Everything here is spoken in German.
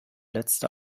letzte